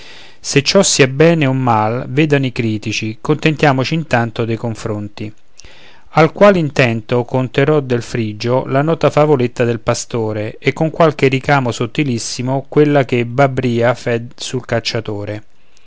se ciò sia bene o mal vedano i critici contentiamoci intanto dei confronti al qual intento conterò del frigio la nota favoletta del pastore e con qualche ricamo sottilissimo quella che babria fe sul cacciatore